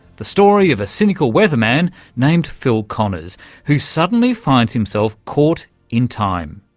the story of a cynical weatherman named phil connors who suddenly finds himself caught in time.